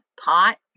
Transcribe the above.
pot